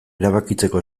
erabakitzeko